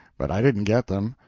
but i didn't get them.